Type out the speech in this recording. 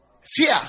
Fear